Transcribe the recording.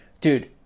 Dude